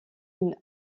une